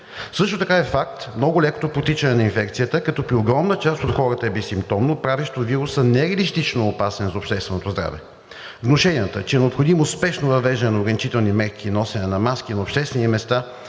Също така е факт много лекото протичане на инфекцията, като при огромна част от хората е безсимптомно, правещо вируса нереалистично опасен за общественото здраве. Внушенията, че е необходимо спешно въвеждане на ограничителни мерки и носене на маски на обществени места